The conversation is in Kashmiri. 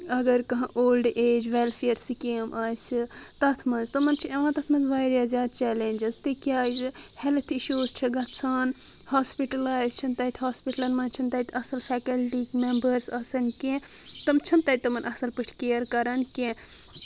اگر کانٛہہ اولڈ ایج ویٚلفیر سکیم آسہِ تتھ منٛز تِمن چھ یِوان تتھ منٛز واریاہ زیادٕ چیٚلینجس تہِ کیاز ہیٚلٕتھ اشوز چھ گژھان ہاسپٹل چھِنہٕ تتہِ ہاسپٹلن منٛز چھنہٕ تتہِ اصٕل فیکلٹی ممبٲرٕس آسان کیٚنٛہہ تِم چھِنہٕ تتہٕ تِمن اصٕل پاٹھۍ کیر کران کیٚنہہ